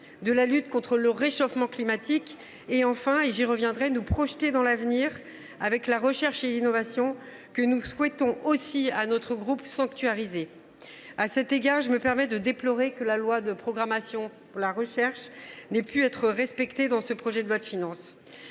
de la lutte contre le réchauffement climatique et, enfin, j’y reviendrai, il doit nous projeter dans l’avenir au travers de la recherche et de l’innovation, que nous souhaitons, nous aussi, sanctuariser. À cet égard, je me permets de déplorer que la loi de programmation pour la recherche n’ait pu être respectée dans ce projet de loi de finances.